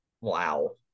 wow